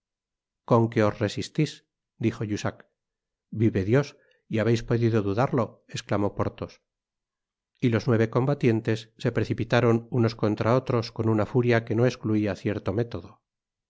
con que os resistis dijo jussac vive dios y habeis podido dudarlo esclamó porthos y los nueve combatientes se precipitaron unos contra otros con una furia que no excluia cierto método